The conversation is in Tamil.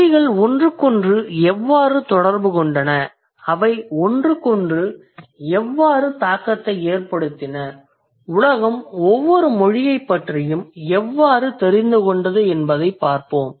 மொழிகள் ஒன்றுக்கொன்று எவ்வாறு தொடர்பு கொண்டன அவை ஒன்றுக்கொன்று எவ்வாறு தாக்கத்தை ஏற்படுத்தின உலகம் ஒவ்வொரு மொழியைப் பற்றியும் எவ்வாறு தெரிந்துகொண்டது என்பதைப் பார்ப்போம்